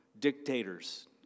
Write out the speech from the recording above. Dictators